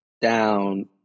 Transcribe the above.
down